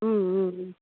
ம் ம் ம்